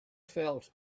felt